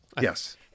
Yes